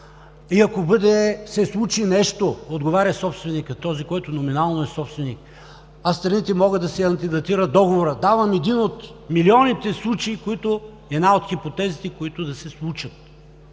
и ако се случи нещо, отговаря собственикът – този, който номинално е собственик. А страните могат да си антидатират договора. Давам един от милионите случаи, една от хипотезите, които да се случат,